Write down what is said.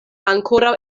ankoraŭ